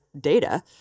data